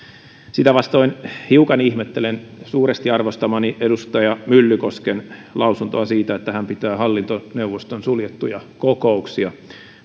sitä vastoin hiukan ihmettelen suuresti arvostamani edustaja myllykosken lausuntoa siitä että hän pitää hallintoneuvoston suljettuja kokouksia